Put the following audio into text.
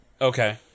okay